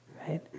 right